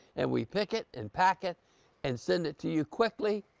and we pick it and pack it and send it to you quickly